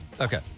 Okay